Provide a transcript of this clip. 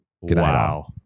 Wow